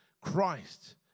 Christ